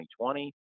2020